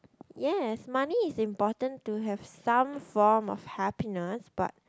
yes money is important to have some form of happiness but